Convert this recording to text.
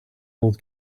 old